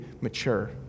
mature